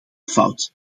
fout